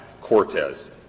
Cortez